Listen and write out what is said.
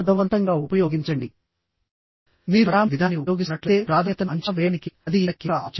ఒకవేళ staggered bolt అయితే ఈ క్రింది ఫార్ములా నుండి కనుక్కోవాలి